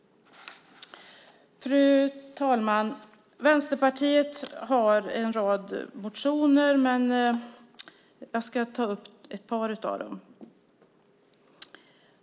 Fru talman! Vänsterpartiet har ett antal reservationer i betänkandet, och jag ska ta upp ett par av dem.